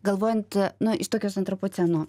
galvojant nu tokios antropoceno